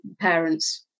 parents